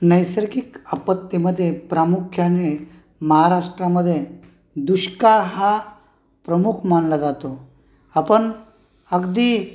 नैसर्गिक आपत्तींमध्ये प्रामुख्याने महाराष्ट्रामध्ये दुष्काळ हा प्रमुख मानला जातो आपण अगदी